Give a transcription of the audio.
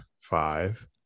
five